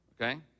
okay